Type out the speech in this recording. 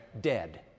dead